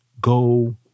go